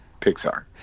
Pixar